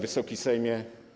Wysoki Sejmie!